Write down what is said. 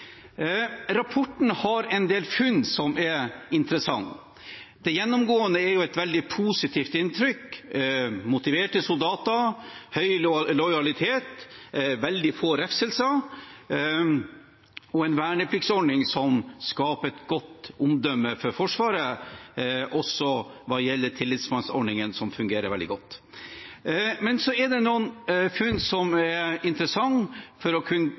Rapporten har en del funn som er interessante. Det gjennomgående er et veldig positivt inntrykk: motiverte soldater, høy lojalitet, veldig få refselser og en vernepliktsordning som skaper godt omdømme for Forsvaret, også hva gjelder tillitsmannsordningen, som fungerer veldig godt. Men så er det noen funn som er interessante å kunne